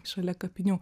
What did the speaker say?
šalia kapinių